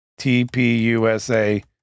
TPUSA